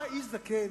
בא איש זקן,